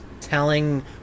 telling